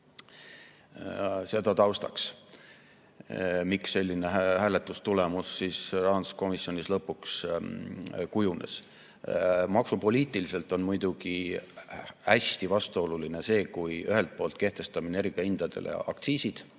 palju taustaks, miks selline hääletustulemus rahanduskomisjonis lõpuks kujunes. Maksupoliitiliselt on muidugi hästi vastuoluline see, kui me ühelt poolt kehtestame energiahindadele aktsiisid